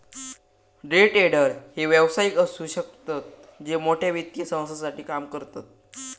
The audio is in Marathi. डे ट्रेडर हे व्यावसायिक असु शकतत जे मोठ्या वित्तीय संस्थांसाठी काम करतत